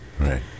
Right